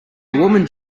woman